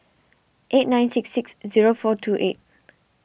eight nine six six zero four two eight